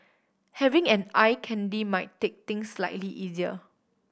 having an eye candy might take things slightly easier